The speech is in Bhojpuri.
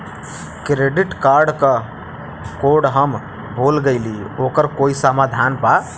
क्रेडिट कार्ड क कोड हम भूल गइली ओकर कोई समाधान बा?